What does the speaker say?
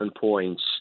points